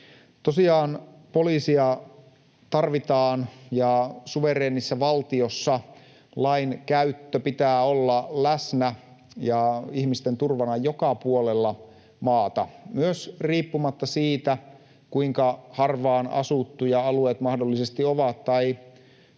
Tosiaan poliisia tarvitaan, ja suvereenissa valtiossa lainkäytön pitää olla läsnä ja ihmisten turvana joka puolella maata, myös riippumatta siitä, kuinka harvaan asuttuja alueet mahdollisesti ovat tai